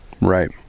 Right